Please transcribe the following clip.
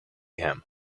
him